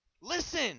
listen